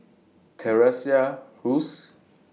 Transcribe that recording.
Teresa Hsu